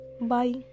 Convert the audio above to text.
Bye